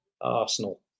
Arsenal